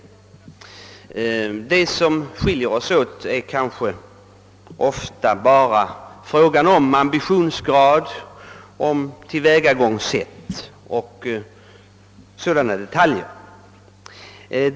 Det som skiljer oss åt är ofta bara ambitionsgraden, tillvägagångssättet och liknande detaljer.